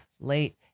late